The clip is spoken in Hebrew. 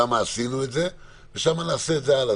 שם עשינו את זה ושם נעשה את זה הלאה.